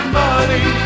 money